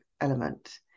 element